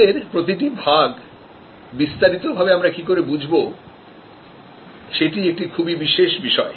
মূল্যের প্রতিটি ভাগ বিস্তারিত ভাবে আমরা কি করে বুঝব সেটি একটি খুবই বিশেষ বিষয়